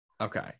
Okay